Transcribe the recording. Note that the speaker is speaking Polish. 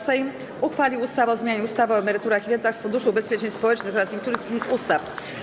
Sejm uchwalił ustawę o zmianie ustawy o emeryturach i rentach z Funduszu Ubezpieczeń Społecznych oraz niektórych innych ustaw.